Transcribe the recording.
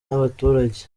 n’abaturage